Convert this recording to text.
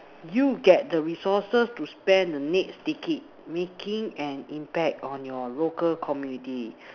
you get the resources to spend the next decade making an impact on your local community